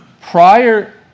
Prior